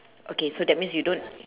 okay so that means you don't